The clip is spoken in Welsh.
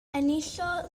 enillodd